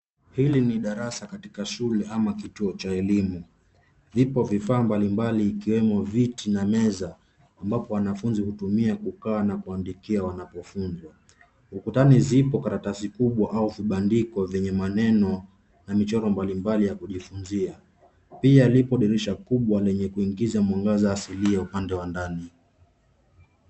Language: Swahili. Hili ni darasa katika shule ama kituo cha elimu. Vipo vifaa mbalimbali ikiwemo viti na meza ambapo wanafunzi hutumia kukaa na kuandikia wanapofunzwa. Ukutani zipo karatasi kubwa au vibandiko vyenye maneno na michoro mbalimbali ya kujifunzia. Pia lipo dirisha kubwa lenye kuingiza mwangaza asilia upande wa ndani.